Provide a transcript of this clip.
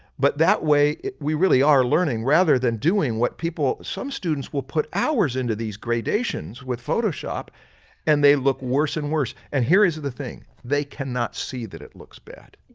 but that way we really are learning rather than doing what people some students will put hours into these gradations with photoshop and they look worse and worse. and here is the thing, they cannot see that it looks bad.